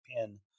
pin